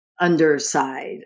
underside